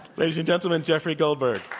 ladies and gentlemen, jeffrey goldberg.